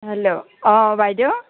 hello অ বাইদেউ